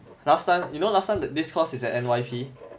last time you know last time the discourse is at N_Y_P